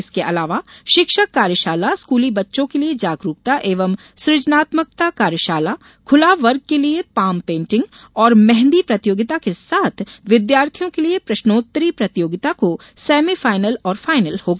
इसके अलावा शिक्षक कार्यशाला स्कूली बच्चों के लिये जागरूकता एवं सुजनात्मकता कार्यशाला खुला वर्ग के लिये पाम पेंटिंग और मेंहदी प्रतियोगिता के साथ विद्यार्थियों के लिये प्रश्नोत्तरी प्रतियोगिता का सेमी फाइनल और फाइनल होगा